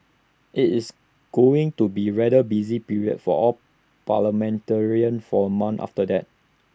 it's going to be rather busy period for all parliamentarians for A month after that